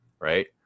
right